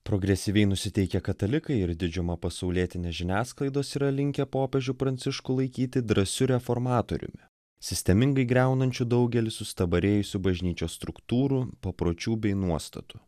progresyviai nusiteikę katalikai ir didžiuma pasaulietinės žiniasklaidos yra linkę popiežių pranciškų laikyti drąsiu reformatoriumi sistemingai griaunančiu daugelį sustabarėjusių bažnyčios struktūrų papročių bei nuostatų